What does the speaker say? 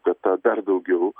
kad dar daugiau